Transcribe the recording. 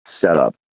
setup